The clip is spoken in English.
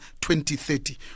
2030